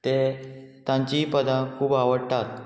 ते तांचीय पदां खूब आवडटात